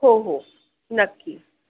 हो हो नक्की